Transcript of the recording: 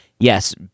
Yes